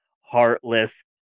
heartless